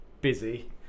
busy